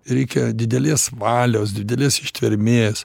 reikia didelės valios didelės ištvermės